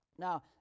Now